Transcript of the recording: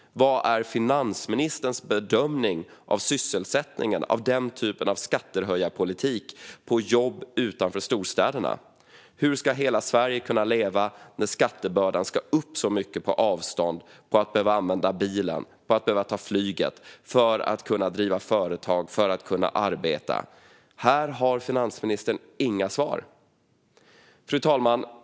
Vad är finansministerns bedömning av sysselsättningen med den typen av skattehöjarpolitik för jobb utanför storstäderna? Hur ska hela Sverige kunna leva när skattebördan ska upp så mycket på avstånd, för dem som behöver använda bilen och som behöver ta flyget för att kunna driva företag och för att kunna arbeta? Här har finansministern inga svar. Fru talman!